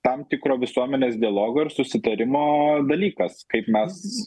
tam tikro visuomenės dialogo ir susitarimo dalykas kaip mes